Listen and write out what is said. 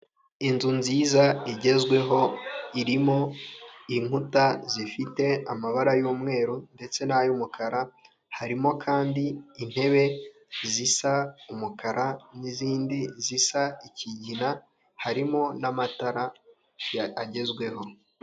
Inzu nziza igezweho irimo inkuta zifite amabara y'umweru ndetse n'ay'umukara, harimo kandi intebe zisa umukara n'izindi zisa ikigina, harimo n'amatara agezweho.